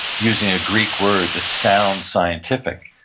using a greek word that sounds scientific,